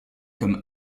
comme